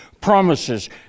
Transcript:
promises